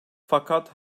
fakat